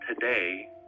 today